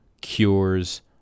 cures